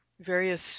various